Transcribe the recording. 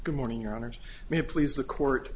good morning your honors me please the court